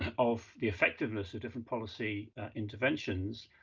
of the effectiveness of different policy interventions,